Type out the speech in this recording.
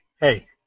Hey